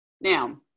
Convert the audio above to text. Now